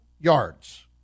yards